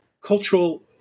cultural